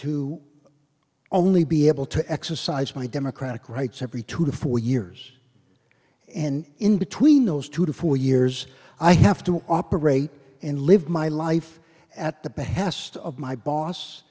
to only be able to exercise my democratic rights every two to four years and in between those two to four years i have to operate and live my life at the behest of my boss